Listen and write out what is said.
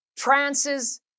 Trances